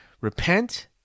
repent